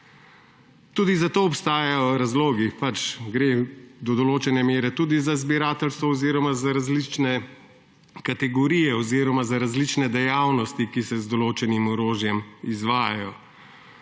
Tudi za to obstajajo razlogi. Gre do določene mere tudi za zbirateljstvo oziroma za različne kategorije oziroma za različne dejavnosti, ki se z določenim orožjem izvajajo.